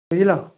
ବୁଝ୍ଲ